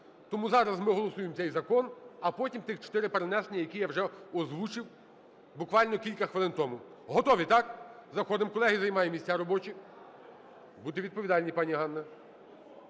Тому зараз ми голосуємо цей закон, а потім тих чотири перенесені, які я вже озвучив буквально кілька хвилин тому. Готові, так? Заходимо, колеги, займаємо місця робочі. Будьте відповідальні, пані Ганно.